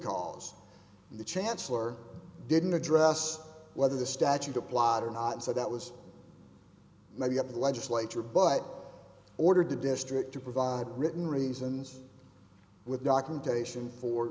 cause the chancellor didn't address whether the statute applied or not so that was maybe up to the legislature but ordered the district to provide written reasons with documentation for